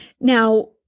Now